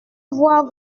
voir